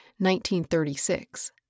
1936